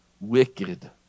wicked